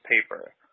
paper